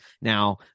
Now